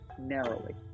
narrowly